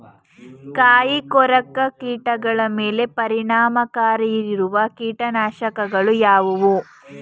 ಕಾಯಿಕೊರಕ ಕೀಟಗಳ ಮೇಲೆ ಪರಿಣಾಮಕಾರಿಯಾಗಿರುವ ಕೀಟನಾಶಗಳು ಯಾವುವು?